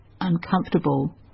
uncomfortable